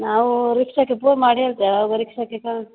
ನಾವೂ ರಿಕ್ಷಕ್ಕೆ ಫೋನ್ ಮಾಡಿ ಹೆಳ್ತೇವೆ ಆವಾಗ ರಿಕ್ಷಕ್ಕೆ ಕಳ್ಸಿ